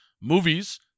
movies